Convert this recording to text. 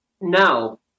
No